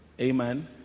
Amen